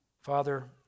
Father